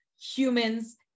humans